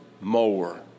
more